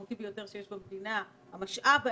משמעותי ביותר שיש במדינה וצריך לשאול